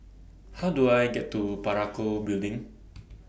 How Do I get to Parakou Building